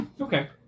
Okay